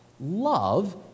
Love